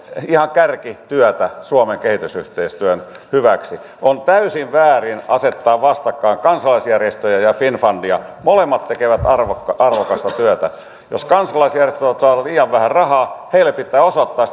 ihan kärkityötä suomen kehitysyhteistyön hyväksi on täysin väärin asettaa vastakkain kansalaisjärjestöjä ja finnfundia molemmat tekevät arvokasta työtä jos kansalaisjärjestöt ovat saaneet liian vähän rahaa heille pitää osoittaa